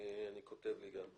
אני כותב לי גם.